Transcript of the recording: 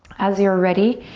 as you're ready,